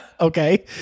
Okay